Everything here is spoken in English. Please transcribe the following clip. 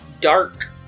dark